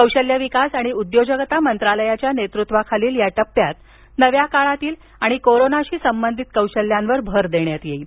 कौशल्य विकास आणि उद्योजकता मंत्रालयाच्या नेतृत्वाखालील या टप्प्यात नव्या काळातील आणि कोरोनाशी संबंधित कौशल्यांवर भर देण्यात येईल